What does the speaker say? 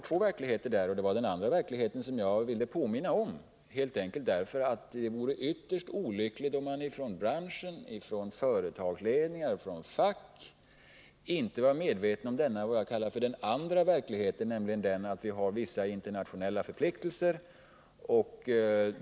Det var den andra verkligheten som jag särskilt ville påminna om, helt enkelt därför att jag tycker det vore ytterst olyckligt om branschen, företagsledningar och fack inte vore medvetna om att vi har vissa internationella förpliktelser.